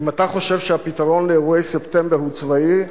אם אתה חושב שהפתרון לאירועי ספטמבר הוא צבאי.